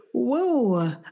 Whoa